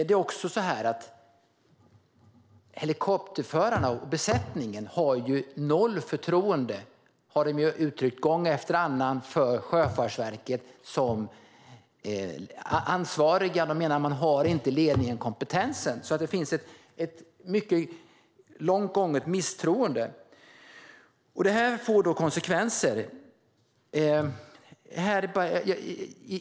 Det är också så att helikopterförarna, besättningarna, ju har noll förtroende för Sjöfartsverket, vilket de har uttryckt gång efter annan. De menar att det saknas ledning och kompetens, så det finns en långt gången misstro. Detta får konsekvenser.